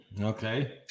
okay